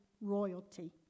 royalty